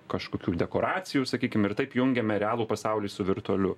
kažkokių dekoracijų sakykim ir taip jungiame realų pasaulį su virtualiu